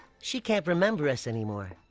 she can't remember us anymore.